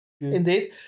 Indeed